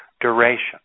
duration